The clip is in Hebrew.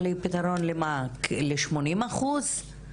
אבל היא הפיתרון ל-80 אחוז.